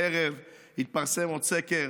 הערב התפרסם עוד סקר,